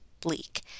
bleak